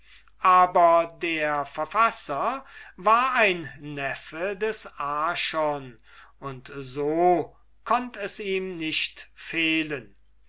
aber der verfasser war ein neffe des archon und so konnt es ihm nicht fehlen